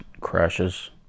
crashes